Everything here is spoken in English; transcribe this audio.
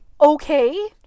Okay